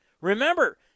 Remember